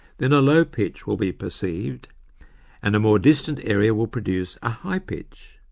then a low pitch will be perceived and a more distant area will produce a high pitch.